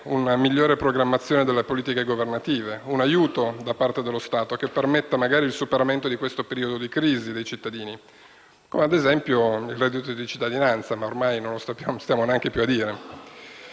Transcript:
una migliore programmazione delle politiche governative, un aiuto da parte dello Stato che permetta magari il superamento di questo periodo di crisi dei cittadini, come ad esempio il reddito di cittadinanza ma ormai non lo diciamo più. In linea